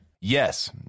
Yes